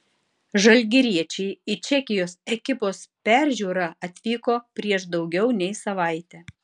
žalgiriečiai į čekijos ekipos peržiūrą atvyko prieš daugiau nei savaitę